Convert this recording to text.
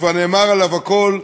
וכבר נאמר עליו הכול,